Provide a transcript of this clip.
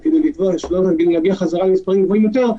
אני לוקח על עצמנו את האחריות.